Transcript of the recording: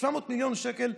ה-700 מילון שקל,